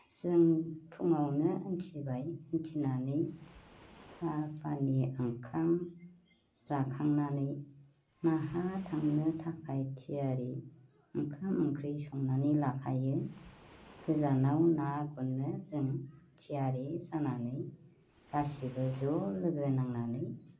जों फुङावनो उथिबाय उथिनानै साहा पानि ओंखाम जाखांनानै नाहा थांनो थाखाय थियारि ओंखाम ओंख्रि संना लाखायो गोजानाव ना गुरनो जों थियारि जानानै गासैबो ज' लोगो नांनानै